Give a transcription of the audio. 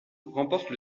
remporte